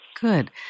Good